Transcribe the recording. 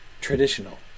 traditional